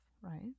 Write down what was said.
right